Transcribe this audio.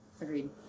Agreed